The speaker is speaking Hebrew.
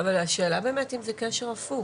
השאלה אם זה קשר הפוך,